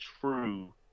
true